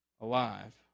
Alive